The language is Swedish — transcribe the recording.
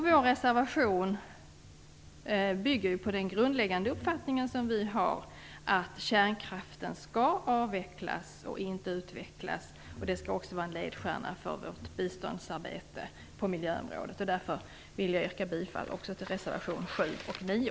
Vår reservation bygger på den grundläggande uppfattning som vi har, att kärnkraften skall avvecklas och inte utvecklas. Det skall också vara en ledstjärna för vårt biståndsarbete på miljöområdet. Jag yrkar bifall till reservationerna 7 och 9.